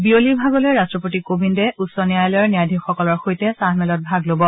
বিয়লিৰ ভাগলৈ ৰাট্টপতি কোবিন্দে উচ্চ ন্যায়ালয়ৰ ন্যায়াধীশসকলৰ সৈতে চাহ মেলত ভাগ লব